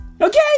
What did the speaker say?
Okay